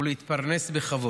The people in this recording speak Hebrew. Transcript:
ולהתפרנס בכבוד.